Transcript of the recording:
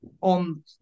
on